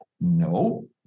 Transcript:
No